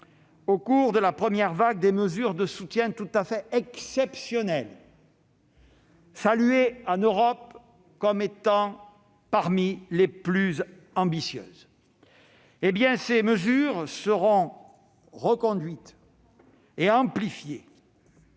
au cours de la première vague, des mesures de soutien tout à fait exceptionnelles saluées en Europe comme étant parmi les plus ambitieuses. Ces mesures seront reconduites et amplifiées,